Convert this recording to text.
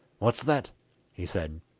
what's that he said.